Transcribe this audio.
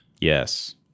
Yes